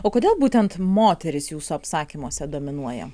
o kodėl būtent moterys jūsų apsakymuose dominuoja